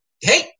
hey